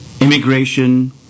immigration